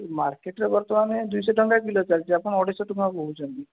ମାର୍କେଟ୍ରେ ବର୍ତ୍ତମାନ ଦୁଇଶହ ଟଙ୍କା କିଲୋ ଚାଲିଛି ଆପଣ ଅଢ଼େଇଶହ ଟଙ୍କା କହୁଛନ୍ତି